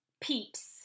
peeps